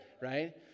right